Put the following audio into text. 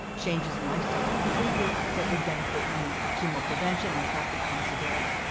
changes in lifestyle or behavior that would benefit you. chemoprevention as that becomes available.